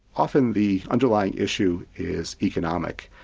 often the underlying issue is economic,